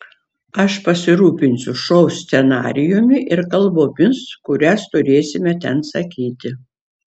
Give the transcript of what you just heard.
aš pasirūpinsiu šou scenarijumi ir kalbomis kurias turėsime ten sakyti